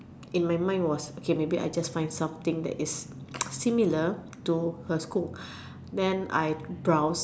in my mind was okay maybe I just find something that is similar to her school then I browse